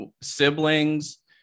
Siblings